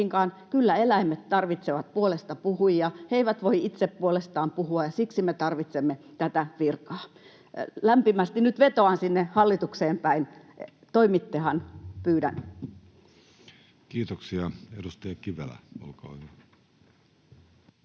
kyllä eläimet tarvitsevat puolestapuhujia, he eivät voi itse puolestaan puhua, ja siksi me tarvitsemme tätä virkaa. Lämpimästi nyt vetoan sinne hallitukseen päin: toimittehan, pyydän. Kiitoksia. — Edustaja Kivelä, olkaa hyvä.